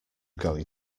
going